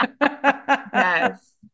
Yes